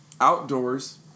Outdoors